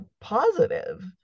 positive